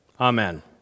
amen